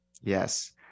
Yes